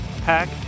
Pack